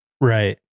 Right